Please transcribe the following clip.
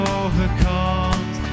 overcomes